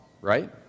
right